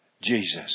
Jesus